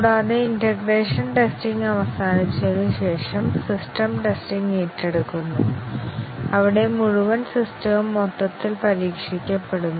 കൂടാതെ integration testing അവസാനിച്ചതിനുശേഷം system testing ഏറ്റെടുക്കുന്നു അവിടെ മുഴുവൻ സിസ്റ്റവും മൊത്തത്തിൽ പരീക്ഷിക്കപ്പെടുന്നു